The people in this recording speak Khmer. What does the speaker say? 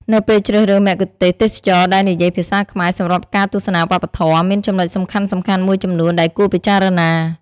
នៅពេលជ្រើសរើសមគ្គុទ្ទេសក៍ទេសចរណ៍ដែលនិយាយភាសាខ្មែរសម្រាប់ការទស្សនាវប្បធម៌ មានចំណុចសំខាន់ៗមួយចំនួនដែលគួរពិចារណា។